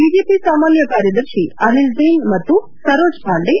BJP ಸಾಮಾನ್ಯ ಕಾರ್ಯದರ್ತಿ ಅನಿಲ್ ಜೈನ್ ಮತ್ತು ಸರೋಜ್ ಪಾಂಡೆ